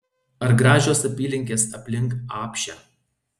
ar gražios apylinkės aplink apšę